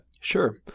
sure